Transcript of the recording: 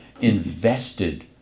invested